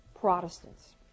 Protestants